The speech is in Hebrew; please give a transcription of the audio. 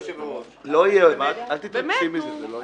אל תתרגשי מזה, זה לא יהיה.